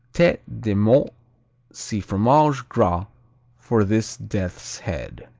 tete de mort see fromage gras for this death's head.